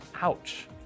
Ouch